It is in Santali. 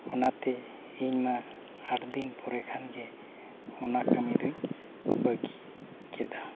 ᱚᱱᱟᱛᱮ ᱤᱧᱢᱟ ᱟᱴ ᱫᱤᱱ ᱯᱚᱨᱮ ᱠᱷᱟᱱᱜᱮ ᱚᱱᱟ ᱠᱟᱹᱢᱤ ᱫᱚᱧ ᱵᱟᱹᱜᱤ ᱠᱮᱫᱟ